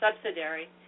subsidiary